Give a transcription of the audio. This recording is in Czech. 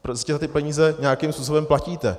Prostě ty peníze nějakým způsobem platíte.